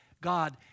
God